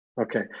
okay